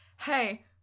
hey